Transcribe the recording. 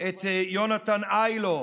את יונתן היילו,